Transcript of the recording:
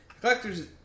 Collector's